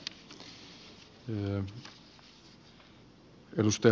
arvoisa puhemies